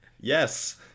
Yes